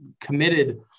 committed